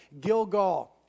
Gilgal